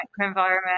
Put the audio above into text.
microenvironment